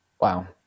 Wow